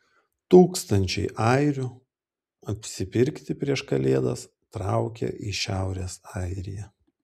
tūkstančiai airių apsipirkti prieš kalėdas traukia į šiaurės airiją